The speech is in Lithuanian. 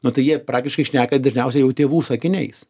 nu tai jie praktiškai šneka dažniausiai jau tėvų sakiniais